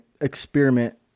experiment